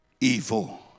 evil